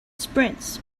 sprints